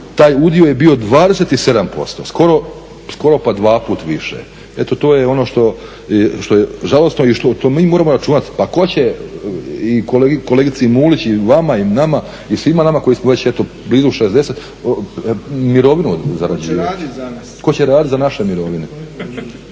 taj udio je bio 27%, skoro pa dvaput više. Eto to je ono što je žalosno i što to mi moramo računati. Pa tko će i kolegici Mulić i vama i nama i svima nama koji smo već eto blizu 60 mirovinu zarađivati. Tko će radit za naše mirovine